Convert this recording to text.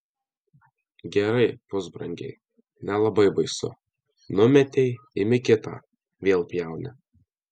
gerai pusbrangiai nelabai baisu numetei imi kitą vėl pjauni